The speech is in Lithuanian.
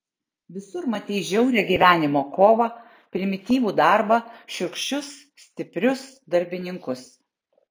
visur matei žiaurią gyvenimo kovą primityvų darbą šiurkščius stiprius darbininkus